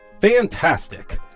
Fantastic